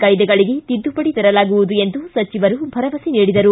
ಕಾಯ್ದೆಗಳಿಗೆ ತಿದ್ದುಪಡಿ ತರಲಾಗುವುದು ಎಂದು ಸಚಿವರು ಭರವಸೆ ನೀಡಿದರು